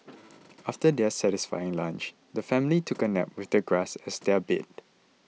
after their satisfying lunch the family took a nap with the grass as their bed